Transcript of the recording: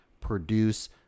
produce